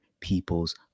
people's